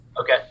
okay